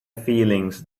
feelings